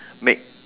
make